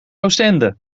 oostende